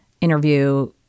interview